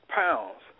pounds